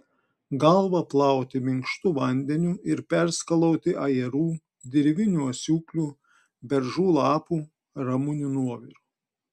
galvą plauti minkštu vandeniu ir perskalauti ajerų dirvinių asiūklių beržų lapų ramunių nuoviru